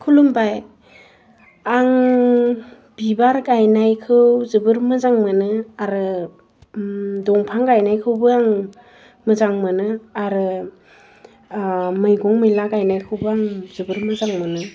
खुलुमबाय आं बिबार गायनायखौ जोबोर मोजां मोनो आरो दफां गानायखौबो आं मोजां मोनो आरो मैगं मैला गायनाखौबो आं जोबोर मोजां मोनो